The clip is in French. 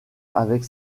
avec